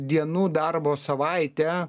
dienų darbo savaitė